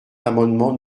l’amendement